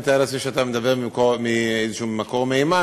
אני מתאר לעצמי שאתה מדבר ממקור מהימן,